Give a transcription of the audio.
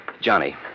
Johnny